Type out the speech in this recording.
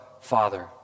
Father